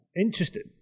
Interesting